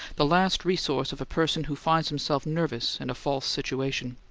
the last resource of a person who finds himself nervous in a false situation.